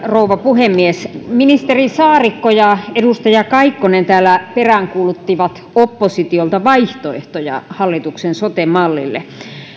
rouva puhemies ministeri saarikko ja edustaja kaikkonen täällä peräänkuuluttivat oppositiolta vaihtoehtoja hallituksen sote mallille